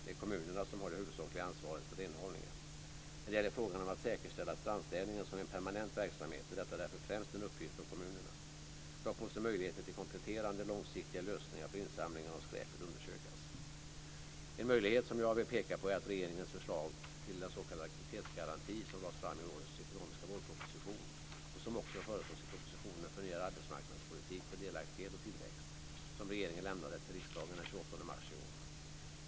Det är kommunerna som har det huvudsakliga ansvaret för renhållningen. När det gäller frågan om att säkerställa strandstädningen som en permanent verksamhet är detta därför främst en uppgift för kommunerna. Dock måste möjligheter till kompletterande långsiktiga lösningar för insamlingen av skräpet undersökas. En möjlighet som jag vill peka på är regeringens förslag till s.k. aktivitetsgaranti, som lades fram i årets ekonomiska vårproposition och som också föreslås i propositionen Förnyad arbetsmarknadspolitik för delaktighet och tillväxt, som regeringen lämnade till riksdagen den 28 mars i år.